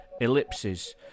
ellipses